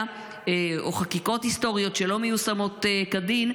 או חקיקות היסטוריות שלא מיושמות כדין,